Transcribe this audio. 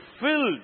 filled